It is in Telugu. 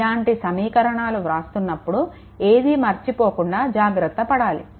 ఇలాంటి సమీకరణాలు వ్రాస్తున్నప్పుడు ఏది మర్చిపోకుండా జాగ్రత్తపడాలి